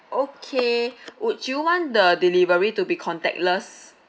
okay would you want the delivery to be contactless